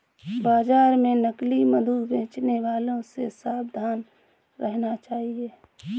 बाजार में नकली मधु बेचने वालों से सावधान रहना चाहिए